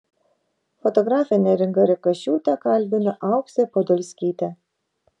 fotografę neringą rekašiūtę kalbina auksė podolskytė